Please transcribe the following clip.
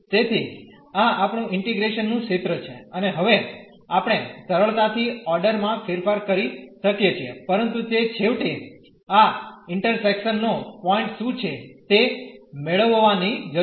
તેથી આ આપણું ઇન્ટીગ્રેશન નું ક્ષેત્ર છે અને હવે આપણે સરળતાથી ઓર્ડર માં ફેરફાર કરી શકીએ છીએ પરંતુ તે છેવટે આ ઇન્ટરસેકશન નો પોઇન્ટ શું છે તે મેળવવાની જરૂર છે